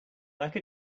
like